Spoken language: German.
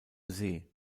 see